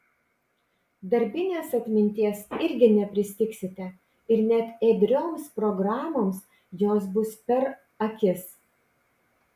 darbinės atminties irgi nepristigsite ir net ėdrioms programoms jos bus per akis